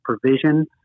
provision